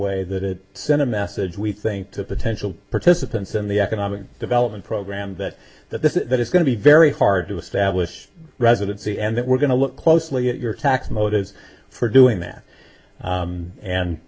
way that it sent a message we think to potential participants in the economic development program that that this is that is going to be very hard to establish residency and that we're going to look closely at your tax motives for doing that